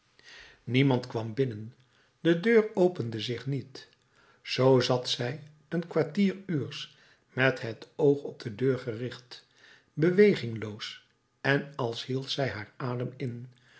niemand kwam binnen de deur opende zich niet zoo zat zij een kwartieruurs met het oog op de deur gericht bewegingloos en als hield zij haar adem in